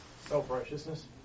Self-righteousness